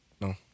No